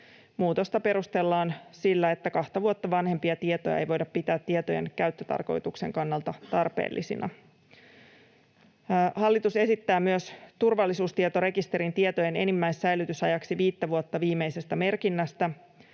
Muutosta perustellaan sillä, että kahta vuotta vanhempia tietoja ei voida pitää tietojen käyttötarkoituksen kannalta tarpeellisina. Hallitus esittää myös turvallisuustietorekisterin tietojen enimmäissäilytysajaksi viisi vuotta viimeisestä merkinnästä,